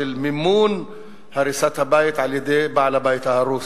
של מימון הריסת הבית על-ידי בעל הבית ההרוס.